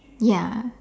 ya